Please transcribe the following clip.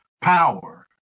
power